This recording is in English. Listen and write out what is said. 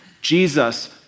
Jesus